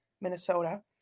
Minnesota